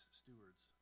stewards